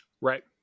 Right